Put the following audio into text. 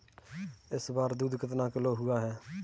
इस बार दूध कितना किलो हुआ है?